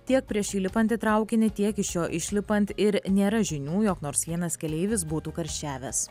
tiek prieš įlipant į traukinį tiek iš jo išlipant ir nėra žinių jog nors vienas keleivis būtų karščiavęs